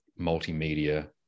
multimedia